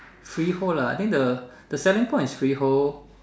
free hold lah then the the selling point is free hold